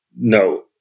No